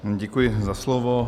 Děkuji za slovo.